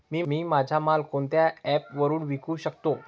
मी माझा माल कोणत्या ॲप वरुन विकू शकतो?